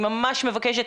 אני ממש מבקשת,